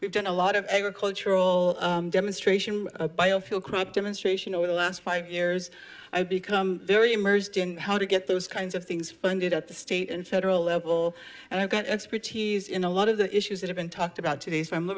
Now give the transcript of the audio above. we've done a lot of agricultural demonstration biofuel crop demonstration over the last five years i've become very immersed in how to get those kinds of things funded at the state and federal level and i got expertise in a lot of the issues that have been talked about today so i'm